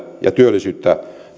ja työllisyyttä